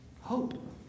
hope